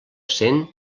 cent